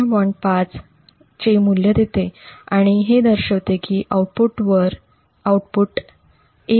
5' चे मूल्य देते आणि हे दर्शवते की आउटपुट 'A' वर '0